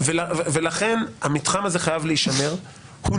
הולכת לאבד מהנכסים הכי משמעותיים